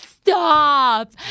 Stop